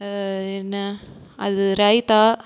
என்ன அது ரைத்தா